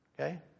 Okay